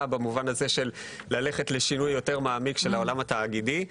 במובן הזה של ללכת לשינוי יותר מעמיק של העולם התאגידי,